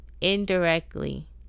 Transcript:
Indirectly